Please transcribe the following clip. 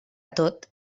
tot